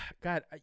God